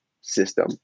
system